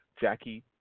Jackie